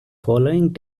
following